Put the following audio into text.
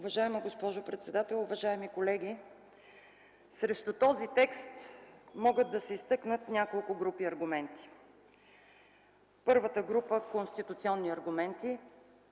Уважаема госпожо председател, уважаеми колеги! Срещу този текст могат да се изтъкнат няколко групи аргументи. Първата група – конституционни аргументи;